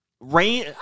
Rain